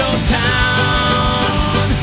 Town